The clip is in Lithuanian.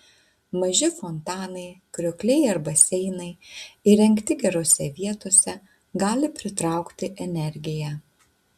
maži fontanai kriokliai ar baseinai įrengti gerose vietose gali pritraukti energiją